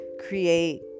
create